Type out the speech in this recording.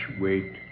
weight